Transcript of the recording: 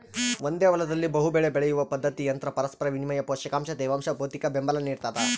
ಒಂದೇ ಹೊಲದಲ್ಲಿ ಬಹುಬೆಳೆ ಬೆಳೆಯುವ ಪದ್ಧತಿ ತಂತ್ರ ಪರಸ್ಪರ ವಿನಿಮಯ ಪೋಷಕಾಂಶ ತೇವಾಂಶ ಭೌತಿಕಬೆಂಬಲ ನಿಡ್ತದ